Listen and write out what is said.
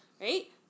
right